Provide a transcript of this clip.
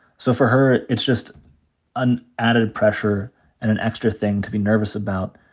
so for her, it's just an added pressure, and an extra thing to be nervous about,